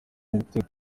ibitego